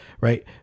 right